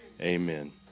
Amen